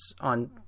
on